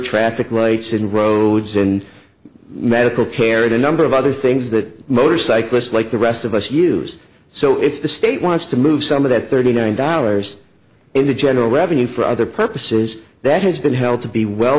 traffic rights and roads and medical care and a number of other things that motorcyclists like the rest of us use so if the state wants to move some of that thirty nine dollars into general revenue for other purposes that has been held to be well